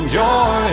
joy